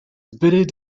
buried